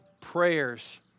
prayers